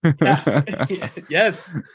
yes